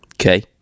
Okay